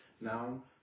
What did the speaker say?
Now